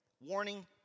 Warning